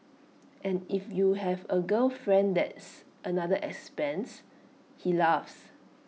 and if you have A girlfriend that's another expense he laughs